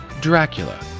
Dracula